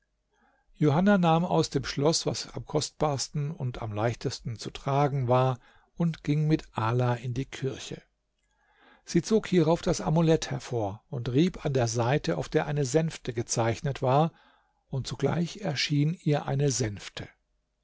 johanna nahm aus dem schloß was am kostbarsten und am leichtesten zu tragen war und ging mit ala in die kirche sie zog hierauf das amulett hervor und rieb an der seite auf der eine sänfte gezeichnet war und sogleich erschien ihr eine sänfte